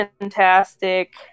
fantastic